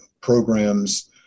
programs